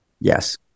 Yes